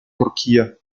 turchia